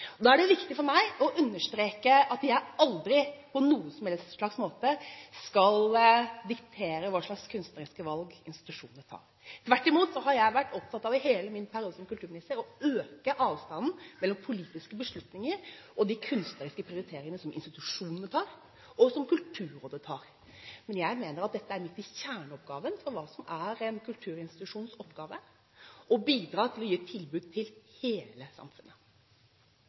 Da er det viktig for meg å understreke at jeg aldri på noen som helst måte skal diktere hva slags kunstneriske valg institusjonene tar. Tvert imot har jeg vært opptatt av i hele min periode som kulturminister å øke avstanden mellom politiske beslutninger og de kunstneriske prioriteringene som institusjonene tar, og som Kulturrådet tar. Men jeg mener at dette er midt i kjernen av hva som er en kulturinstitusjons oppgave, nemlig å bidra til å gi et tilbud til hele samfunnet.